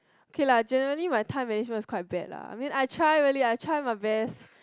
K lah generally my time management is quite bad lah I mean I try really I try my best